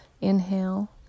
inhale